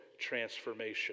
transformation